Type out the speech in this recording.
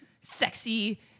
sexy